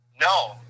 No